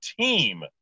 team